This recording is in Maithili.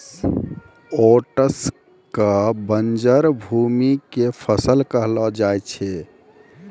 ओट्स कॅ बंजर भूमि के फसल कहलो जाय छै